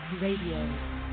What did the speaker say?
Radio